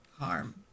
harm